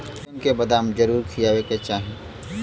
बच्चन के बदाम जरूर खियावे के चाही